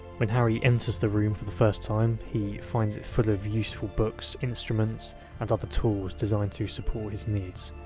when harry enters the room for the first time, he finds it full of useful books, instruments and other tools designed to support his needs.